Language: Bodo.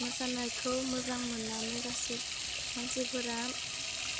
मोसानायखौ मोजां मोन्नानै गासै मानसिफोरा